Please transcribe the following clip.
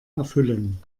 erfüllen